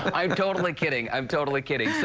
but i'm totally kidding. um totally kidding.